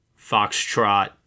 Foxtrot